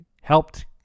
helped